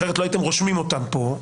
אחרת לא הייתם רושמים אותם פה.